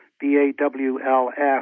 B-A-W-L-F